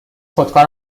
خودکار